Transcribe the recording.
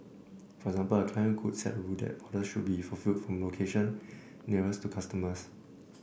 for example a client could set a rule that orders should be fulfilled from location nearest to customers